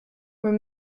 were